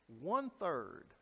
one-third